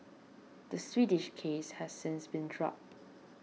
the Swedish case has since been dropped